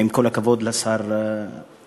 עם כל הכבוד לשר אהרונוביץ,